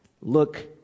Look